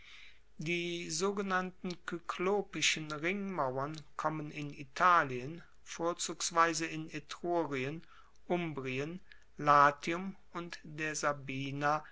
die sogenannten kyklopischen ringmauern kommen in italien vorzugsweise in etrurien umbrien latium und der sabina